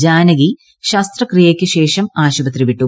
ജാനകി ശസ്ത്രക്രിയയ്ക്കു ശേഷം ആശുപത്രി വിട്ടു